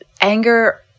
anger